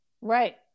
right